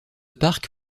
parc